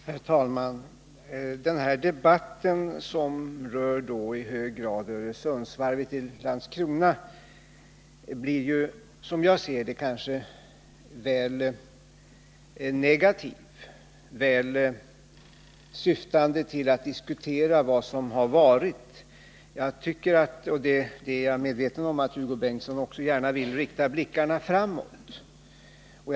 Herr talman! Den här debatten, som i hög grad rör Öresundsvarvet i Landskrona, blir som jag ser det kanske väl negativ, väl syftande till att diskutera vad som har varit. Jag tycker att vi — och det är jag medveten om att Hugo Bengtsson också gärna vill — skall rikta blickarna framåt.